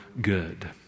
good